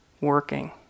working